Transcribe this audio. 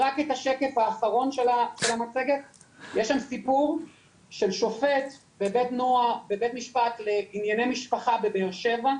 זה סיפור של שופט בבית משפט לענייני משפחה בבאר שבע,